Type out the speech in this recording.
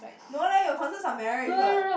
no leh your concerns are marriage what